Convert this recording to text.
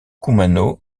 kumano